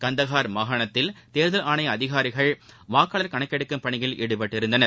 கந்தஹார் மாகாணத்தில் தேர்தல் ஆணைய அதிகாரிகள் வாக்காளர் கணக்கெடுக்கும் பணியில் ஈடுபட்டிருந்தனர்